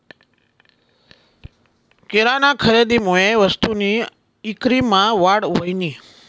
किराना खरेदीमुये वस्तूसनी ईक्रीमा वाढ व्हयनी